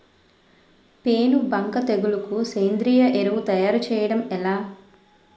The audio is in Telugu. పేను బంక తెగులుకు సేంద్రీయ ఎరువు తయారు చేయడం ఎలా?